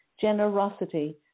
generosity